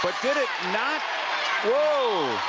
but did it not whoa!